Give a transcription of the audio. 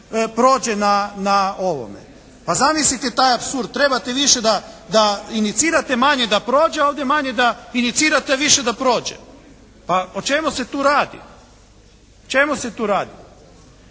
na ovome. Pa zamislite taj apsurd. Trebate više da inicirate, manje da prođe ovdje, manje da inicirate, više da prođe. Pa o čemu se tu radi? O čemu se tu radi?